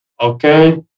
Okay